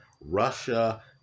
Russia